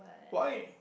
why